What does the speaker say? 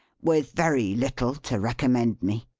with very little to recommend me.